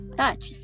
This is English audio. touch